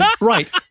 Right